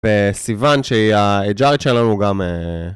וסיוון שהיא ה-HR שלנו גם...